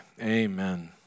Amen